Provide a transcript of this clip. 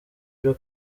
byo